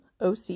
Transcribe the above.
OC